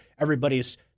Everybody's